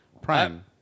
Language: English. Prime